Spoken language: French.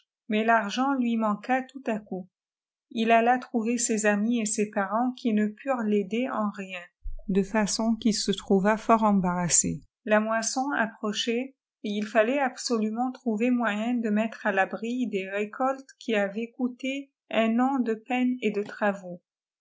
mais rargént lui mciua tout à coupi il alla trouver ses amis et ses parents qui né purent ï aider en rien dé façon qu'il se trouva fort embarrassa là moisson approchait et il fallait absoluinént trouver moyen cïe taéttre à l'àbri des récoltes qui avaient coûté un an de peines et de travaux